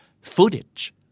footage